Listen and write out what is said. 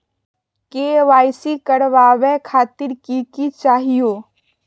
KYC करवावे खातीर कि कि चाहियो?